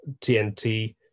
TNT